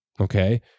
okay